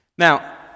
Now